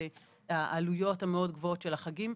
והעלויות הגבוהות מאוד של החגים,